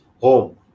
home